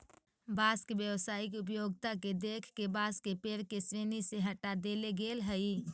बाँस के व्यावसायिक उपयोगिता के देख के बाँस के पेड़ के श्रेणी से हँटा देले गेल हइ